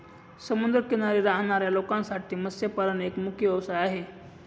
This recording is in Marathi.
समुद्र किनारी राहणाऱ्या लोकांसाठी मत्स्यपालन एक मुख्य व्यवसाय आहे